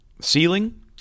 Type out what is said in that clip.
ceiling